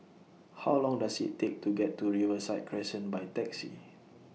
How Long Does IT Take to get to Riverside Crescent By Taxi